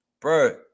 bro